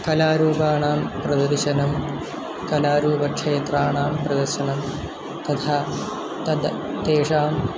कलारूपाणां प्रदर्शनं कलारूपक्षेत्राणां प्रदर्शनं तथा तत् तेषां